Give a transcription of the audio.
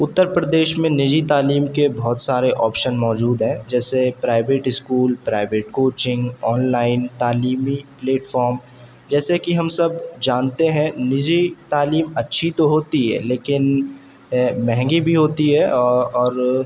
اتر پردیش میں نجی تعلیم کے بہت سارے آپسن موجود ہیں جیسے private school private coaching online تعلیمی پلیٹ فام جیسے کہ ہم سب جانتے ہیں نجی تعلیم اچھی تو ہوتی ہے لیکن مہنگی بھی ہوتی ہے اور